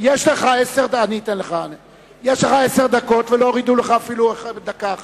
יש לך עשר דקות, ולא הורידו לך אפילו דקה אחת.